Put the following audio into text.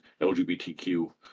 LGBTQ